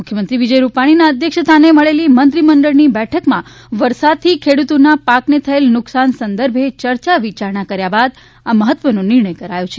મુખ્યમંત્રી વિજય રૂપાણીના અધ્યક્ષસ્થાને મળેલી મંત્રીમંડળની બેઠકમાં વરસાદથી ખેડૂતોના પાકને થયેલ નુકસાન સંદર્ભે યર્ચા વિયારણા કર્યા બાદ આ મહત્વનો નિર્ણય કરાયો છે